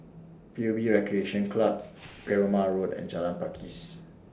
P U B Recreation Club Perumal Road and Jalan Pakis